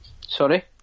Sorry